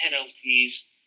penalties